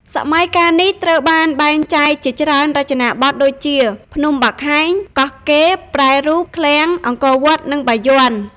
សម័យកាលនេះត្រូវបានបែងចែកជាច្រើនរចនាបថដូចជា ភ្នំបាខែង កោះកេរ្តិ៍ ប្រែរូប ឃ្លាំង អង្គរវត្ត និងបាយ័ន។